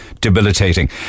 debilitating